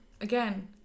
again